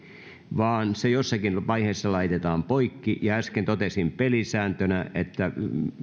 vaan se jossakin vaiheessa laitetaan poikki ja äsken totesin pelisääntönä että